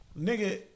nigga